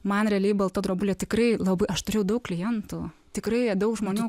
man realiai balta drobulė tikrai labai aš turėjau daug klientų tikrai daug žmonių